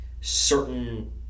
certain